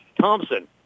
Thompson